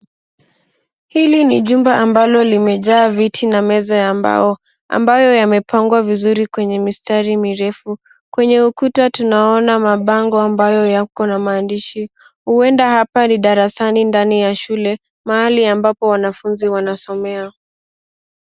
Hili ni jumba ambalo limejaa viti na meza ya mbao, ambayo yamepangwa vizuri kwenye mistari mirefu. Kwenye ukuta tunaona mabango ambayo yako na maandishi huenda hapa ni darasani ndani ya shule mahali ambapo wanafunzi wanasomea.